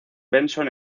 benson